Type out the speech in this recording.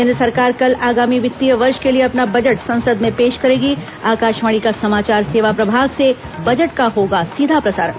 केन्द्र सरकार कल आगामी वित्तीय वर्ष के लिए अपना बजट संसद में पेश करेगी आकाशवाणी का समाचार सेवा प्रभाग से बजट का होगा सीधा प्रसारण